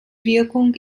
wirkung